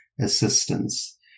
assistance